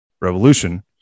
revolution